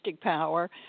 power